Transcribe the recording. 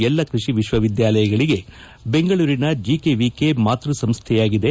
ಎಲ್ಲಾ ಕೃಷಿ ವಿಶ್ವವಿದ್ಯಾಲಯಗಳಿಗೆ ಬೆಂಗಳೂರಿನ ಜಿಕೆವಿಕೆ ಮಾತೃ ಸಂಸ್ಥೆಯಾಗಿದೆ